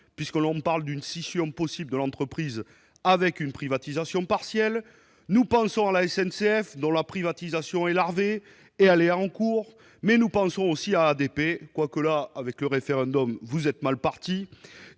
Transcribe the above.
puisque l'on parle d'une scission possible de l'entreprise, avec une privatisation partielle ; nous pensons à la SNCF dont la privatisation larvée est en cours ; nous pensons aussi à ADP- quoique vous soyez bien mal partis